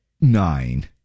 nine